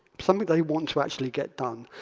something they want to actually get done,